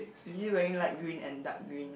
is he wearing light green and dark green